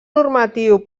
normatiu